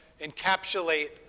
encapsulate